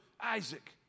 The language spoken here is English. Isaac